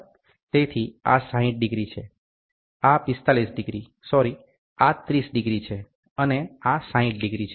તેથી આ 60 ડિગ્રી છે આ 45 ડિગ્રી સોરી આ 30 ડિગ્રી છે અને આ 60 ડિગ્રી છે